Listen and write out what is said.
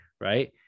right